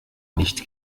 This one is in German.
nicht